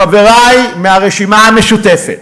חברי מהרשימה המשותפת,